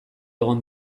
egon